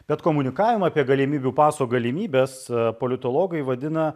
bet komunikavomą apie galimybių pasų galimybes politologai vadina